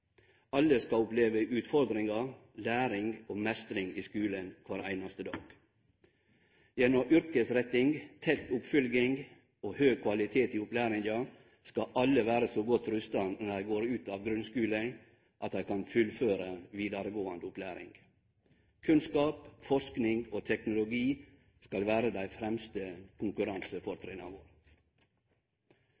høg kvalitet i opplæringa skal alle vere så godt rusta når dei går ut av grunnskulen at dei kan fullføre vidaregåande opplæring. Kunnskap, forsking og teknologi skal vere dei fremste konkurransefortrinna våre. Samfunnet sitt behov for